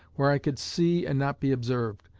where i could see and not be observed.